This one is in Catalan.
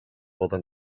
poden